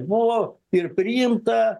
buvo ir priimta